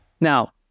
Now